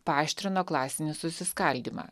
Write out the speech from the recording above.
paaštrino klasinį susiskaldymą